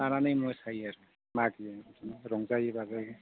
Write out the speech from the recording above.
लानानै मोसायो आरो मागियो रंजायो बाजायो